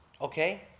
Okay